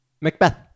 Macbeth